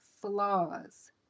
flaws